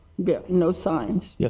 but no signs? yeah